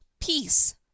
Peace